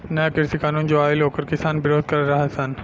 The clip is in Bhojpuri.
नया कृषि कानून जो आइल ओकर किसान विरोध करत रह सन